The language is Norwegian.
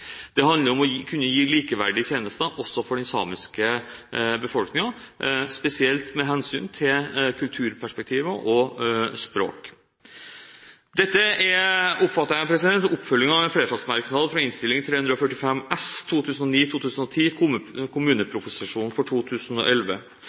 gi likeverdige tjenester, også til den samiske befolkningen, spesielt med hensyn til kulturperspektivet og språk. Dette oppfatter jeg som oppfølgingen av en flertallsmerknad fra Innst. 345 S